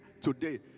today